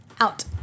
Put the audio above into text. Out